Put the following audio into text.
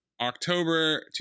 October